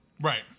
Right